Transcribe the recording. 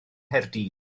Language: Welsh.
nghaerdydd